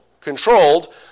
controlled